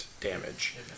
damage